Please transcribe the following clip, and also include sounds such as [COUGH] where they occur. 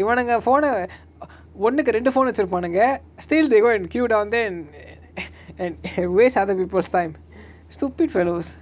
இவனுங்க:ivanunga phone ah [NOISE] ஒன்னுக்கு ரெண்டு:onnuku rendu phone வச்சிருப்பானுங்க:vachirupaanunga still they go and queue down then [NOISE] and waste other people's time stupid fellows